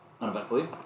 Uneventfully